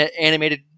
Animated